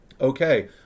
Okay